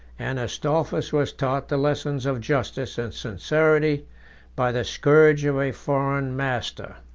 and astolphus was taught the lessons of justice and sincerity by the scourge of a foreign master.